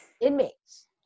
inmates